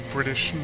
British